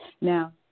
Now